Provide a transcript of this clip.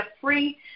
free